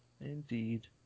Indeed